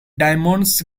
diamonds